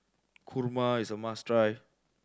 kurma is a must try